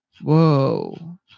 Whoa